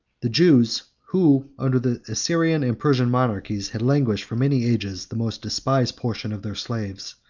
the jews, who, under the assyrian and persian monarchies, had languished for many ages the most despised portion of their slaves,